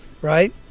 right